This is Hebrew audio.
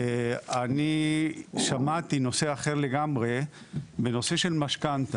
אני שמעתי נושא אחר לגמרי, בנושא של משכנתא,